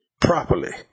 properly